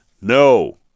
No